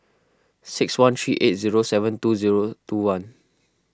six one three eight zero seven two zero two one